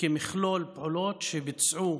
כמכלול פעולות שביצעו